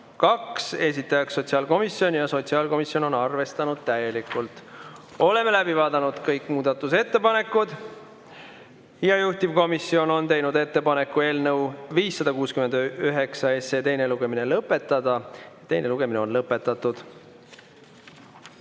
2, esitaja on sotsiaalkomisjon ja sotsiaalkomisjon on arvestanud täielikult. Oleme läbi vaadanud kõik muudatusettepanekud. Juhtivkomisjon on teinud ettepaneku eelnõu 569 teine lugemine lõpetada. Teine lugemine on lõpetatud.